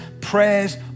prayers